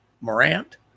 Morant